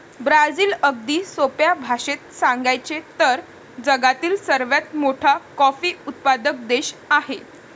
Brazil, अगदी सोप्या भाषेत सांगायचे तर, जगातील सर्वात मोठा कॉफी उत्पादक देश आहे